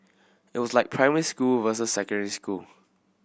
it was like primary school versus secondary school